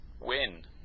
Win